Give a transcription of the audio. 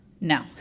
No